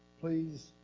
please